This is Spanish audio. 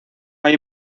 hay